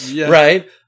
right